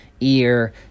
ear